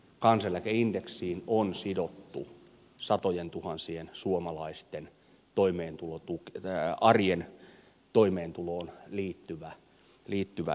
kansaneläkeindeksiin on sidottu satojentuhansien suomalaisten arjen toimeentuloon liittyvä etuus